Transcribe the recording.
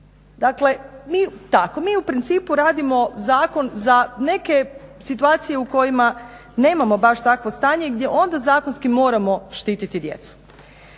tako, mi u principu radimo zakon za neke situacije u kojima nemamo baš takvo stanje gdje onda zakonski moramo štititi djecu.